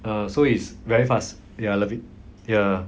uh so it's very fast ya I love it ya